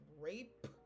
rape